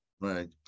Right